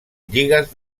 lligues